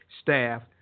staff